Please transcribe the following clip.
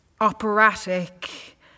operatic